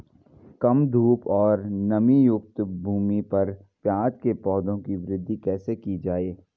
कम धूप और नमीयुक्त भूमि पर प्याज़ के पौधों की वृद्धि कैसे की जाए?